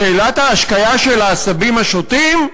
שאלת ההשקיה של העשבים השוטים?